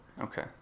Okay